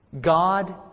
God